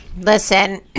Listen